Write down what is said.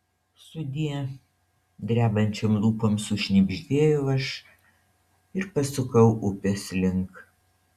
sudie drebančiom lūpom sušnibždėjau aš ir pasukau upės link